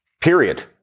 Period